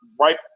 right